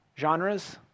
genres